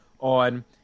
on